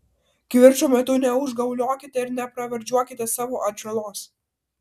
kivirčo metu neužgauliokite ir nepravardžiuokite savo atžalos